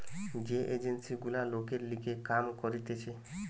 যে এজেন্সি গুলা লোকের লিগে কাম করতিছে